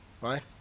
Right